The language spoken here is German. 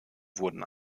wurden